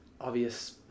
obvious